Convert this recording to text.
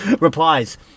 Replies